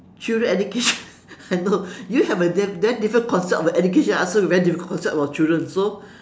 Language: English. children education I know you have a they very different concept about education I also have a very different concept about children so